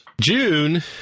June